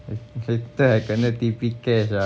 later I kena T_P catch ah